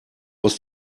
aus